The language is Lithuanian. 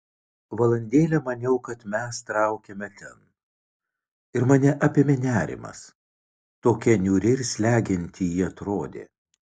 valandėlę maniau kad mes traukiame ten ir mane apėmė nerimas tokia niūri ir slegianti ji atrodė